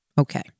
Okay